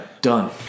Done